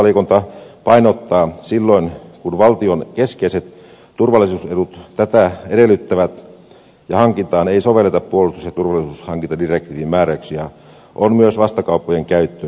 puolustusvaliokunta painottaa että silloin kun valtion keskeiset turvallisuusedut tätä edellyttävät ja hankintaan ei sovelleta puolustus ja turvallisuushankintadirektiivin määräyksiä on myös vastakauppojen käyttö edelleen mahdollista